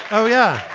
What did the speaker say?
oh, yeah.